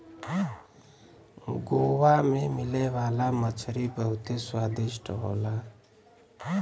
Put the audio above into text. गोवा में मिले वाला मछरी बहुते स्वादिष्ट होला